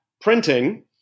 printing